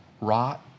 rot